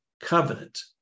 covenant